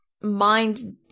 mind